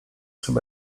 chyba